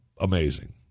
amazing